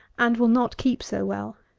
and will not keep so well.